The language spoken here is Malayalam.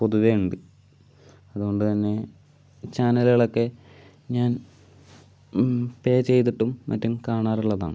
പൊതുവെ ഉണ്ട് അത് കൊണ്ട് തന്നെ ചാനലുകളൊക്കെ ഞാൻ പേ ചെയ്തിട്ടും മറ്റും കാണാറുള്ളതാണ്